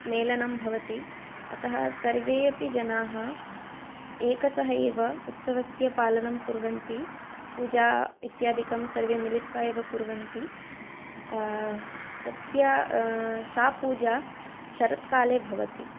मेलनं भवति अतः सर्वे अपि जनाः एकशः एव उत्सवस्य पालनं कुर्वन्ति पूजा इत्यादिकं सर्वे मिलित्वा एव कुर्वन्ति तस्य सा पूजा शरत्काले भवति